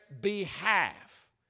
behalf